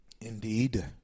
indeed